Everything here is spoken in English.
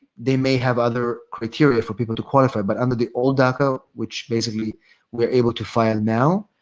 they may have other criteria for people to qualify but under the old daca, which basically we're able to file now,